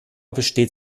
besteht